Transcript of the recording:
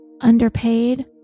underpaid